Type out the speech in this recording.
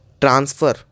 transfer